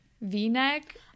V-neck